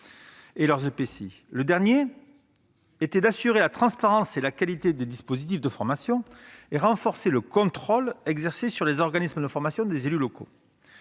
Le dernier objectif était d'« assurer la transparence et la qualité des dispositifs de formation et renforcer le contrôle exercé sur les organismes de formation des élus locaux